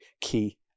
key